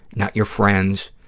not your friends,